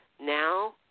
now